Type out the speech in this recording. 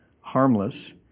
harmless